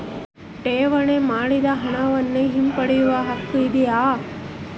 ಠೇವಣಿ ಮಾಡಿದ ಹಣವನ್ನು ಹಿಂಪಡೆಯವ ಹಕ್ಕು ಇದೆಯಾ?